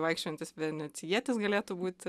vaikščiojantis venecijietis galėtų būti